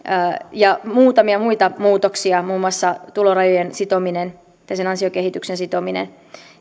ja muutamia muita muutoksia muun muassa tulorajojen tai sen ansiokehityksen sitominen